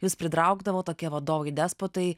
jūs pritraukdavo tokie vadovai despotai